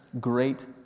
great